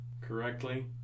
correctly